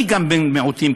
גם אני בן מיעוטים.